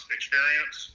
Experience